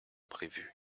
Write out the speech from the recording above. prévu